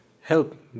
help